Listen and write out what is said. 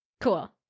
Cool